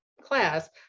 class